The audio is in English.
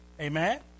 Amen